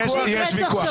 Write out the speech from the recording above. יש ויכוח.